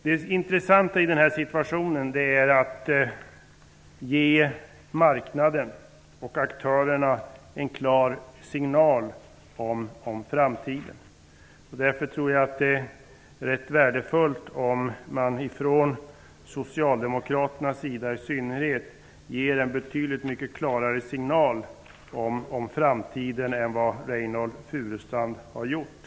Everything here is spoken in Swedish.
Det intressanta i den här situationen är att ge marknaden och aktörerna en klar signal om framtiden. Därför tror jag att det är rätt värdefullt om i synnerhet Socialdemokraterna ger en betydligt klarare signal om framtiden än vad Reynoldh Furustrand har gjort.